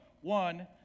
one